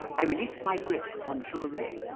i released my grip on sugar ray.